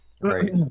Right